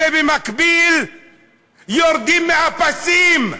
ובמקביל יורדים מהפסים.